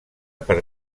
per